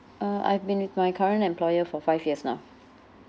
uh I've been with my current employer for five years now